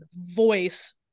voice